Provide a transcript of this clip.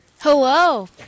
Hello